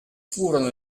furono